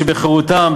שבחירותם,